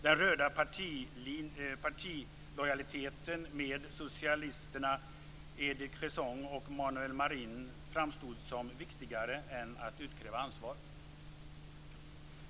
Den röda partilojaliteten med socialisterna Edith Cresson och Manuel Marin framstod som viktigare än att utkräva ansvar.